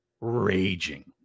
raging